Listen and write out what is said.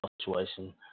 situation